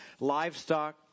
Livestock